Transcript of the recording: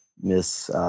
Miss